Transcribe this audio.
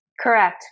Correct